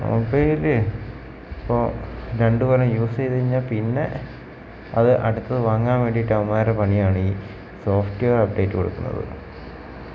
mobile ഇപ്പോൾ രണ്ട് കൊല്ലം യൂസ് ചെയ്തു കഴിഞ്ഞാൽ പിന്നെ അത് അടുത്തത് വാങ്ങാൻ വേണ്ടിയിട്ട് അവന്മാരെ പണിയാണ് ഈ സോഫ്റ്റ്വെയർ അപ്ഡേറ്റ് കൊടുക്കുന്നത്